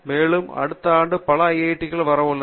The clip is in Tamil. மேலும் அடுத்த ஆண்டு பல ஐஐடிகள் உருவாக உள்ளன